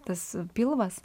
tas pilvas